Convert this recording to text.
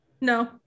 No